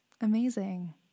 Amazing